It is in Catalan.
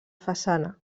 façana